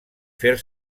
fer